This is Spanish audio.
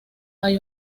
hay